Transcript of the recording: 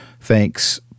Thanks